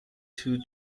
two